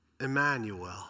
Emmanuel